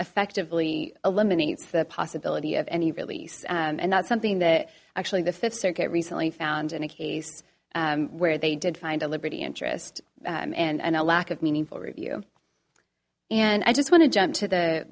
effectively eliminates the possibility of any release and that's something that actually the fifth circuit recently found in a case where they did find a liberty interest and a lack of meaning for review and i just want to jump to